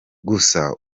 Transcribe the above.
gusa